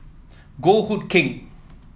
Goh Hood Keng